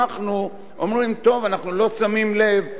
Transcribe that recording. אנחנו לא שמים לב שיש איזושהי בעיה,